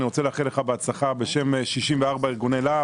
אני רוצה לאחל לך בהצלחה בשם 64 ארגוני לה"ב.